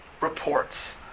reports